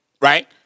right